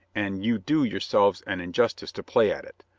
and you do yourselves an injustice to play at it.